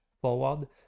forward